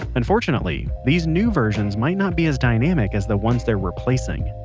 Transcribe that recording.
unfortunately, these new versions might not be as dynamic as the ones they're replacing.